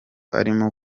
arimo